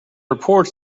reports